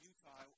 Utah